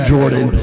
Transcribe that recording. Jordan